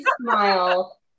smile